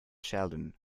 sheldon